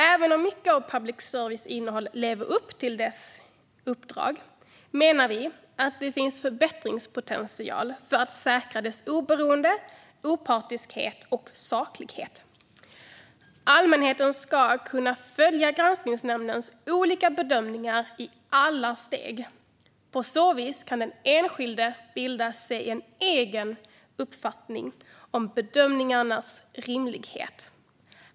Även om mycket av public services innehåll lever upp till dess uppdrag menar vi att det finns förbättringspotential för att säkra dess oberoende, opartiskhet och saklighet. Allmänheten ska kunna följa granskningsnämndens olika bedömningar i alla steg. På så vis kan den enskilde bilda sig en egen uppfattning om bedömningarnas rimlighet.